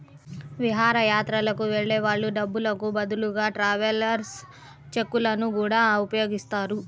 విహారయాత్రలకు వెళ్ళే వాళ్ళు డబ్బులకు బదులుగా ట్రావెలర్స్ చెక్కులను గూడా ఉపయోగిస్తారు